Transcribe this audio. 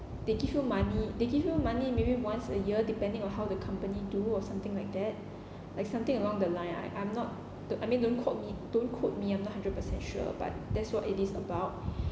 they give you money they give you money maybe once a year depending on how the company do or something like that like something along the line I I'm not to I mean don't quote me don't quote me I'm not hundred percent sure but that's what it is about